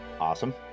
Awesome